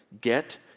Get